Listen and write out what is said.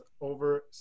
over